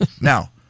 Now